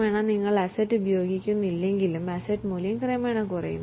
നിങ്ങൾ fixed asset ഉപയോഗിക്കുന്നില്ലെങ്കിലും അതിൻ്റെ മൂല്യം കാല ക്രമേണ കുറയുന്നു